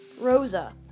Rosa